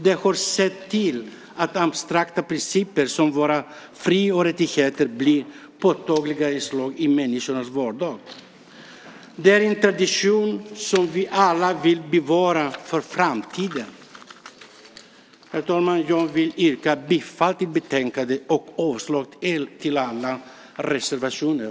Den har sett till att abstrakta principer som våra fri och rättigheter blivit påtagliga inslag i människornas vardag. Det är en tradition som vi alla vill bevara för framtiden. Herr talman! Jag yrkar bifall till förslagen i betänkandet och avslag på samtliga reservationer.